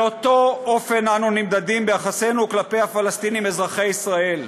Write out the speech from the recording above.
באותו אופן אנו נמדדים ביחסנו כלפי הפלסטינים אזרחי ישראל.